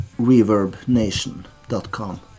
ReverbNation.com